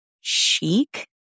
chic